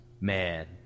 man